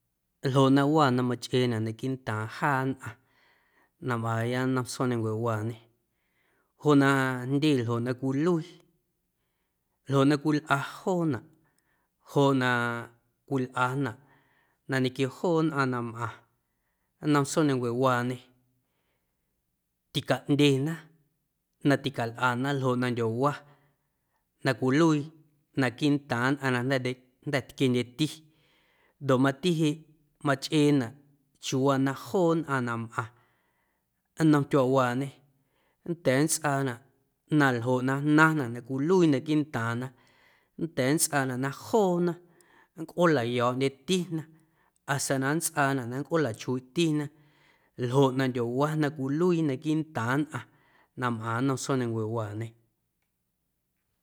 Ljoꞌ na waa na machꞌeenaꞌ naquiiꞌntaaⁿ jaa nnꞌaⁿ na mꞌaaⁿya nnom tsjoomnancuewaañe joꞌ na jndye ljoꞌ na cwiluii ljoꞌ na cwilꞌana joonaꞌ joꞌ na cwilꞌanaꞌ na ñequio joo nnꞌaⁿ na mꞌaⁿ nnom tsjoomnancuewaañe ticaꞌndyena na ticalꞌana ljoꞌ na nndyowa na cwiluii naquiiꞌntaaⁿ nnꞌaⁿ na jnda̱ndye jnda̱ tquiendyeti ndoꞌ mati jeꞌ machꞌeenaꞌ chiuuwaa na joo nnꞌaⁿ na mꞌaⁿ nnom tyuaawaañe nnda̱a̱ nntsꞌaanaꞌ na ljoꞌ na jnaⁿnaꞌ na cwiluii naquiiꞌ ntaaⁿna nnda̱a̱ nntsꞌaanaꞌ na joona nncꞌoolayo̱o̱ꞌndyetina hasta na nntsꞌaanaꞌ na nncꞌoolachuiiꞌtina ljoꞌ na ndyowa na cwiluii naquiiꞌntaaⁿ nnꞌaⁿ mꞌaⁿ nnom tsjoomnancuewaañe.